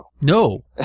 No